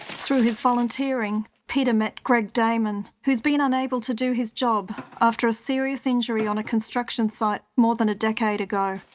through his volunteering, peter met greg dayman, who's been unable to do his job after a serious injury on a construction site more than a decade ago.